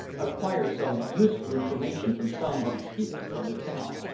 acquire some useful information from some of the people of the town.